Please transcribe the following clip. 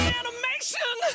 animation